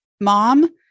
mom